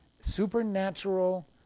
supernatural